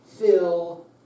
Fill